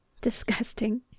Disgusting